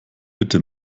bitte